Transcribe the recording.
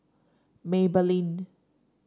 Maybelline